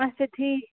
اَچھا ٹھیٖک